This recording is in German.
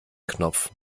knopf